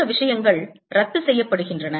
இந்த விஷயங்கள் ரத்து செய்யப்படுகின்றன